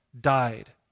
died